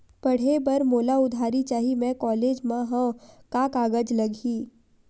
पढ़े बर मोला उधारी चाही मैं कॉलेज मा हव, का कागज लगही?